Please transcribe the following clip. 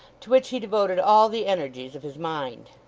to which he devoted all the energies of his mind.